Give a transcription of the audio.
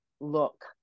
look